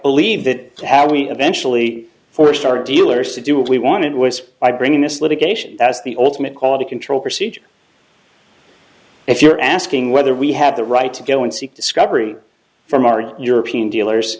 believe that how we eventually forced our dealers to do what we wanted was by bringing us litigation as the ultimate quality control procedure if you're asking whether we have the right to go and seek discovery from our european dealers